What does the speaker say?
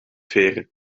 veren